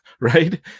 right